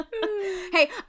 Hey